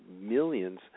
millions